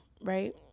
right